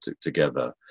together